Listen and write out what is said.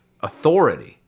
authority